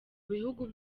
bihugu